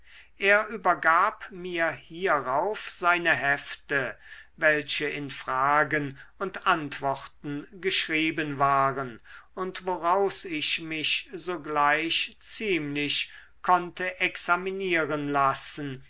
er übergab mir hierauf seine hefte welche in fragen und antworten geschrieben waren und woraus ich mich sogleich ziemlich konnte examinieren lassen